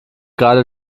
gerade